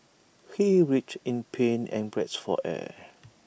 he writhed in pain and gasped for air